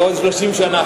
בעוד שלושים שנה,